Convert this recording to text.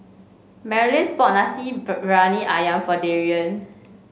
Marlys bought Nasi Briyani ayam for Darrian